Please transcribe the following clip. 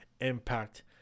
Impact